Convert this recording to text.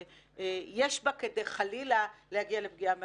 ויש בה כדי חלילה להגיע לפגיעה בנפש.